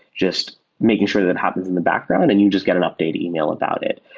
just making sure that happens in the background and you just get an update email about it.